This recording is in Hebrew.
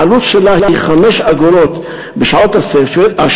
העלות שלה היא 5 אגורות בשעות השפל,